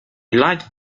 light